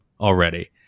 already